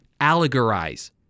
allegorize